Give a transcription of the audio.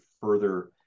further